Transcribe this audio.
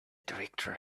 director